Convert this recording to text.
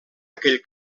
aquell